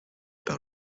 par